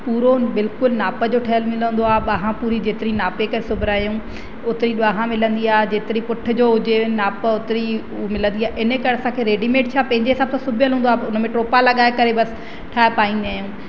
पूरो बिल्कुलु नाप जो ठहियलु मिलंदो आहे ॿांहं पूरी जेतिरी नापे करे सुबरायूं ओतिरी ॿांहं मिलंदी आहे जेतिरी पुठ जो हुजे नाप ओतिरी मिलंदी आहे इन करे असां खे रेडीमेड छा पंहिंजे हिसाब सां सुबियलु हूंदो आहे उन में टोपा लॻाए करे बसि ठाहे पाईंदा आहियूं